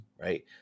right